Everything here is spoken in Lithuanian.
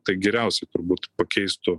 tai geriausiai turbūt pakeistų